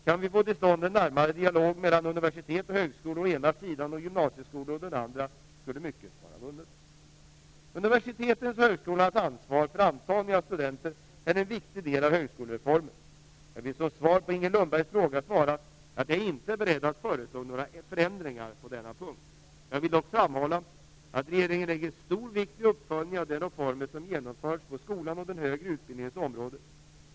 Kan vi få till stånd en närmare dialog mellan universitet och högskolor å ena sidan och gymnasieskolor å den andra skulle mycket vara vunnet. Universitetens och högskolornas ansvar för antagning av studenter är en viktig del i högskolereformen. Jag vill som svar på Inger Lundbergs fråga säga att jag inte är beredd att föreslå några förändringar på denna punkt. Jag vill dock framhålla att regeringen lägger stor vikt vid uppföljningen av de reformer som genomförts på skolans och den högre utbildningens område.